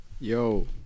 Yo